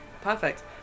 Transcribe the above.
Perfect